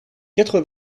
quatre